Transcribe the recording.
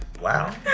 Wow